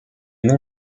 nom